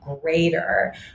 greater